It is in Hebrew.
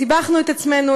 סיבכנו את עצמנו.